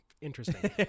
Interesting